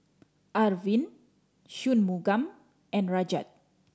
Arvind Shunmugam and Rajat